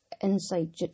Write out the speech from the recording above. Inside